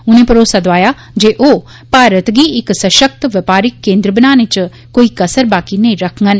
उने भरोसा दोआया जे ओ भारत गी इक सशक्त व्यापारिक केन्द्र बनाने च कोई कसर बाकी नेई रक्खगंन